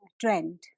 trend